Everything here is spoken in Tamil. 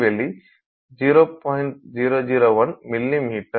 001 மில்லிமீட்டர்